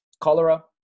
cholera